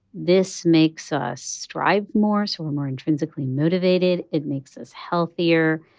this makes us strive more, so we're more intrinsically motivated. it makes us healthier.